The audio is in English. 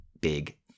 big